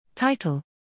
Title